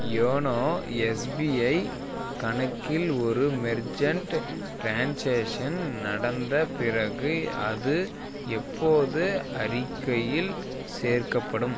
YONO SBI கணக்கில் ஒரு merchant transaction நடந்த பிறகு அது எப்போது அறிக்கையில் சேர்க்கப்படும்